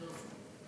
פלוסקוב.